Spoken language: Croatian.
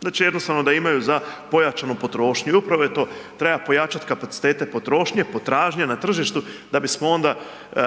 znači jednostavno da imaju za pojačanju potrošnju. I upravo je to, treba pojačati kapacitete potrošnje, potražnje na tržištu da bismo onda